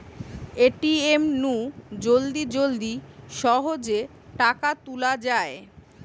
ATM নু জলদি জলদি সহজে টাকা তুলা যায়